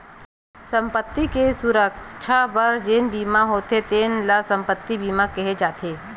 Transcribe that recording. संपत्ति के सुरक्छा बर जेन बीमा होथे तेन ल संपत्ति बीमा केहे जाथे